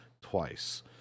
twice